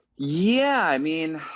yeah, i mean,